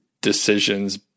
decisions